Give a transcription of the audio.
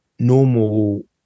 normal